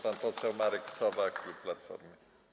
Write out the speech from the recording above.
Pan poseł Marek Sowa, klub Platformy.